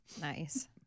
nice